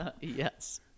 Yes